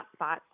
Hotspots